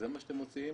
זה מה שאתם מוציאים?